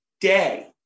day